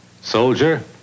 Soldier